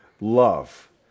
love